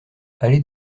allez